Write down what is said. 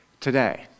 Today